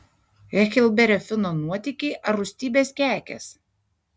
heklberio fino nuotykiai ar rūstybės kekės